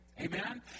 Amen